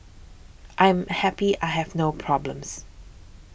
I am happy I have no problems